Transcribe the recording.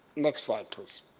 next slide please.